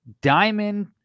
diamond